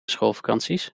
schoolvakanties